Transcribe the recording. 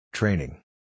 Training